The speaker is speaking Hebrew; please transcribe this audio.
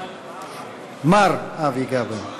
מר אבי גבאי.